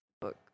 book